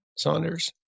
Saunders